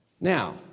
Now